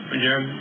again